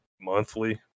monthly